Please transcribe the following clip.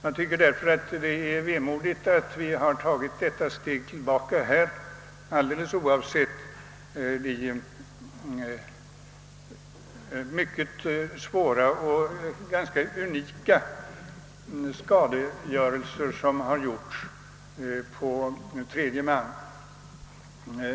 Det är därför vemodigt att vi har tagit detta steg tillbaka, alldeles oavsett de mycket svåra och ganska unika skadegörelser som drabbat tredje man.